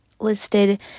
listed